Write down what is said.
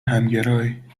همگرای